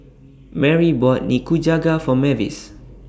Merry bought Nikujaga For Mavis